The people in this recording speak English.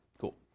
Cool